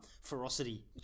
ferocity